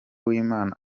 uwimana